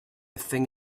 thing